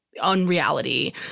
unreality